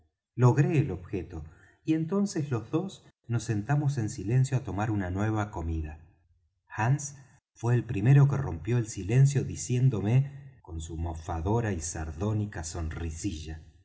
logré el objeto y entonces los dos nos sentamos en silencio á tomar una nueva comida hands fué el primero que rompió el silencio diciéndome con su mofadora y sardónica sonrisilla